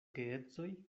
geedzoj